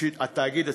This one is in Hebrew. התאגיד הציבורי.